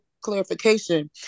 clarification